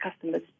customers